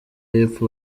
y’epfo